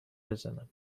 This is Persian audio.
بزنم